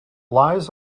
lies